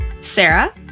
Sarah